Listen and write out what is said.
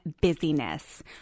busyness